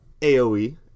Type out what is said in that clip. AoE